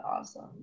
awesome